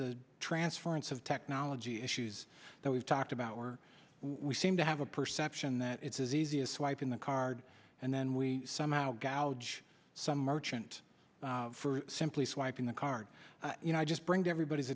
the transference of technology issues that we've talked about or we seem to have a perception that it's as easy as swiping the card and then we somehow gouge some merchant for simply swiping the card you know i just bring to everybody's